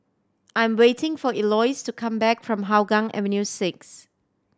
I'm waiting for Eloise to come back from Hougang Avenue Six